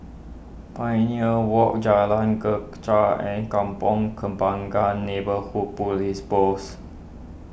Pioneer Walk Jalan Greja and Kampong Kembangan Neighbourhood Police Post